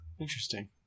Interesting